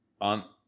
on